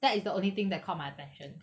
that is the only thing that caught my attention